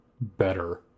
better